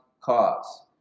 cause